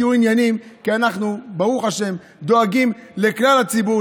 כי אנחנו ברוך השם דואגים לכלל הציבור,